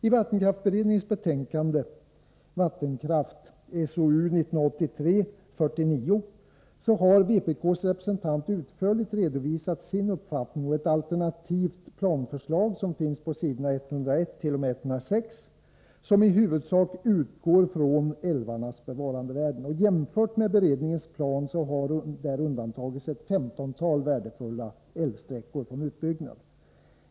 I vattenkraftsberedningens betänkande Vattenkraft har vpk:s representant utförligt redovisat sin uppfattning och ett alternativt planförslag som i huvudsak utgår från älvarnas bevarandevärden. Jämfört med beredningens plan har undantagits ett femtontal värdefulla älvsträckor från utbyggnad.